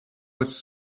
was